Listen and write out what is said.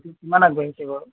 কি কিমান আগবাঢ়িছে বাৰু